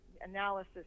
analysis